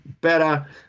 better